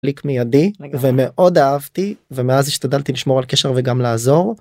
קליק מיידי ומאוד אהבתי ומאז השתדלתי לשמור על קשר וגם לעזור.